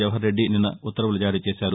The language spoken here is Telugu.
జవహర్ రెడ్డి నిన్న ఉత్తర్వులు జారీచేశారు